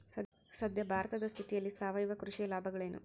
ಸದ್ಯ ಭಾರತದ ಸ್ಥಿತಿಯಲ್ಲಿ ಸಾವಯವ ಕೃಷಿಯ ಲಾಭಗಳೇನು?